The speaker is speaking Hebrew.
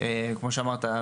כמו שאמרת,